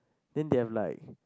then they have like